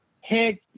Head